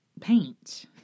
paint